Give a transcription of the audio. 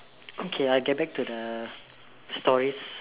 okay I get back to the stories